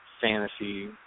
fantasy